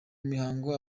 mihanda